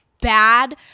bad